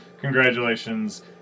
Congratulations